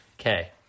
Okay